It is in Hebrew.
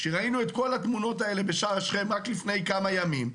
כשראינו את כל התמונות האלה בשער שכם רק לפני כמה ימים,